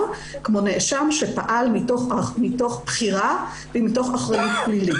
כמו נאשם שפעל מתוך בחירה ומתוך אחריות פלילית.